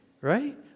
Right